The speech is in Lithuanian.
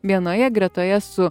vienoje gretoje su